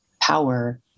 power